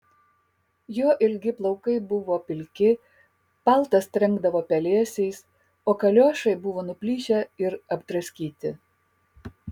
jo ilgi plaukai buvo pilki paltas trenkdavo pelėsiais o kaliošai buvo nuplyšę ir apdraskyti